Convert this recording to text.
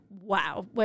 wow